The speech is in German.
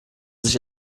sich